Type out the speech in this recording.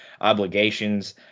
obligations